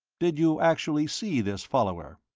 did you actually see this follower?